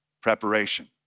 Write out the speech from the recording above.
preparation